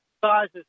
sizes